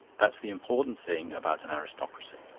that's the important thing about an aristocracy.